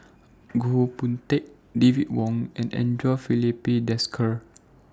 Goh Boon Teck David Wong and Andre Filipe Desker